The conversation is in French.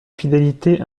fidélité